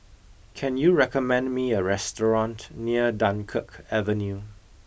can you recommend me a restaurant near Dunkirk Avenue